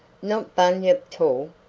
not bunyip tall!